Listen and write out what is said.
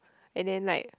and then like